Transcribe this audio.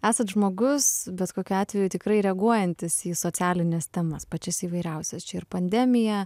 esat žmogus bet kokiu atveju tikrai reaguojantis į socialines temas pačias įvairiausias čia ir pandemija